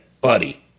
buddy